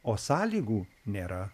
o sąlygų nėra